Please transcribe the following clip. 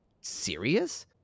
serious